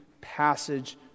passage